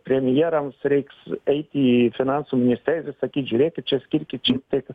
premjerams reiks eiti į finansų ministerijas sakyt žiūrėkit čia skirkit šiek tiek